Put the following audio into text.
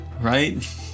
right